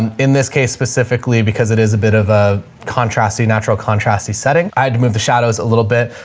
and in this case specifically because it is a bit of a contrast, the natural contrast, the setting, i had to move the shadows a little bit.